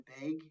big